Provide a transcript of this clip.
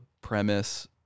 premise